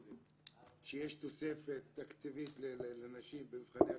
שיש תוספת תקציבית לנשים במבחני התמיכה,